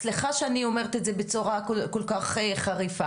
סליחה שאני אומרת את זה בצורה כל כך חריפה,